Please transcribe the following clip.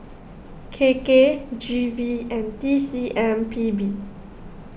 K K G V and T C M P B